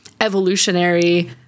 evolutionary